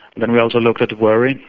and we also looked at worry,